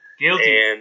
Guilty